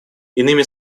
иными